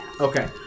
Okay